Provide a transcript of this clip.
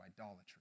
idolatry